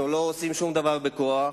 אנחנו לא עושים שום דבר בכוח,